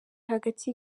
hagati